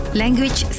language